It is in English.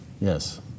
Yes